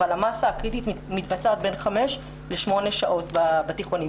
אבל המסה הקריטית מתבצעת בין 8-5 שעות בתיכונים,